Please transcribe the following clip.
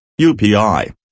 UPI